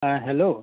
ᱦᱮᱸ ᱦᱮᱞᱳ